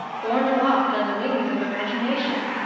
borne aloft on the wings of imagination.